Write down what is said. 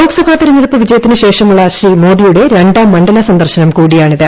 ലോക്സഭാ തിരഞ്ഞെടുപ്പ് വിജയത്തിനുശേഷമുള്ള ശ്രീ മോദിയുടെ രണ്ടാം മണ്ഡല സന്ദർശനം കൂടിയാണിത്